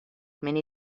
many